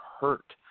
hurt